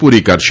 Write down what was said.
પૂરી કરશે